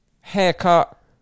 haircut